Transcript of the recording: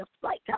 flight